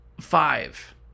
five